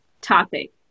topic